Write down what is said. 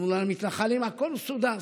אמרו למתנחלים: הכול סודר.